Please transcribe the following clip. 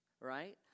right